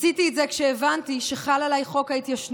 עשיתי את זה כשהבנתי שחל עליי חוק ההתיישנות,